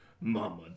mama